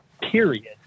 period